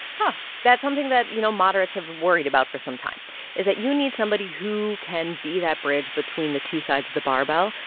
but that's something that, you know, moderates have worried about for some time is that you need somebody who can be that bridge between the two sides of the barbell.